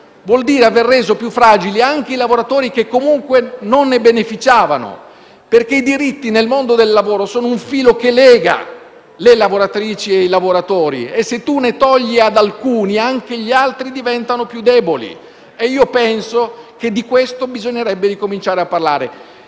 ma anche aver reso più fragili i lavoratori che comunque non ne beneficiavano. I diritti nel mondo del lavoro sono un filo che lega le lavoratrici e i lavoratori e, se tu ne togli ad alcuni, anche gli altri diventano più deboli. Io penso che di questo bisognerebbe ricominciare a parlare.